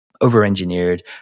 over-engineered